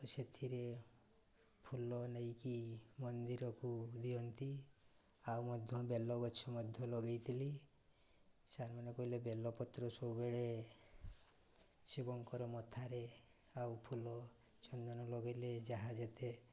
ସେଥିରେ ଫୁଲ ନେଇକି ମନ୍ଦିରକୁ ଦିଅନ୍ତି ଆଉ ମଧ୍ୟ ବେଲ ଗଛ ମଧ୍ୟ ଲଗେଇଥିଲି ସାର୍ମାନେ କହିଲେ ବେଲ ପତ୍ର ସବୁବେଳେ ଶିବଙ୍କର ମଥାରେ ଆଉ ଫୁଲ ଚନ୍ଦନ ଲଗାଇଲେ ଯାହା ଯେତେ